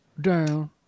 down